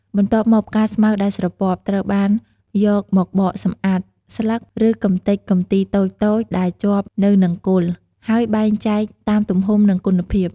បន្ទាប់មកផ្កាស្មៅដែលស្រពាប់ ត្រូវបានយកមកបកសម្អាតស្លឹក ឬកម្ទេចកំទីតូចៗដែលជាប់នៅនឹងគល់ ហើយបែងចែកតាមទំហំ និងគុណភាព។